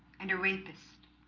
and a rapist